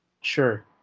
Sure